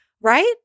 right